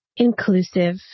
inclusive